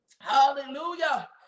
Hallelujah